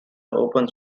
open